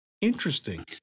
interesting